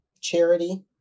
Charity